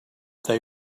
they